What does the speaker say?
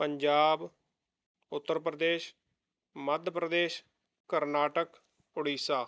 Punjab Uttar Pradesh Madhya Pradesh Karnataka Orissa